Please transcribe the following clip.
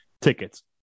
tickets